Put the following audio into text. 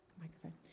microphone